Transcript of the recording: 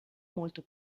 molto